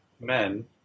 men